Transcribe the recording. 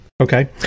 Okay